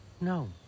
no